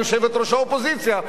מיושבת-ראש האופוזיציה,